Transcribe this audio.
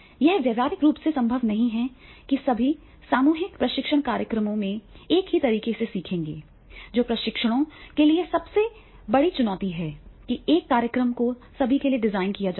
यह व्यावहारिक रूप से संभव नहीं है कि सभी सामूहिक प्रशिक्षण कार्यक्रमों में एक ही तरीके से सीखेंगे जो प्रशिक्षकों के लिए शायद सबसे बड़ी चुनौती है कि एक ही कार्यक्रम को सभी के लिए डिज़ाइन किया जाना है